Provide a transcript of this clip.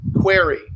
query